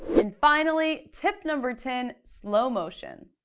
and finally, tip number ten, slow motion.